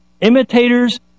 imitators